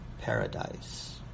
paradise